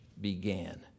began